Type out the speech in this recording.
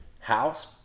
house